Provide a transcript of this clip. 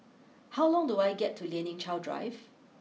how long do I get to Lien Ying Chow Drive